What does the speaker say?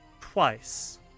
twice